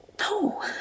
no